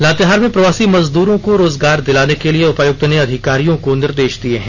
लातेहार में प्रवासी मजदूरों को रोजगार दिलाने के लिए उपायुक्त ने अधिकारियों को निर्देश दिए हैं